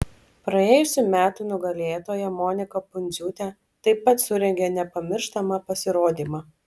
praėjusių metų nugalėtoja monika pundziūtė taip pat surengė nepamirštamą pasirodymą